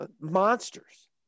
monsters